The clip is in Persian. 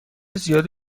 زیاد